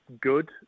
good